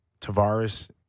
Tavares